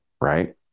right